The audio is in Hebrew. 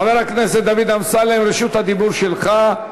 חבר הכנסת דוד אמסלם, רשות הדיבור שלך.